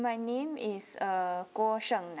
my name is uh guo sheng nan